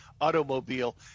automobile